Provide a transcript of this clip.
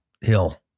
Hill